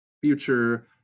future